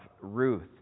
Ruth